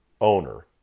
owner